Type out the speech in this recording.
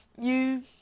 You